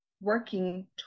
working